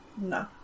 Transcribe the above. No